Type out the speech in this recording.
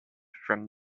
from